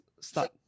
start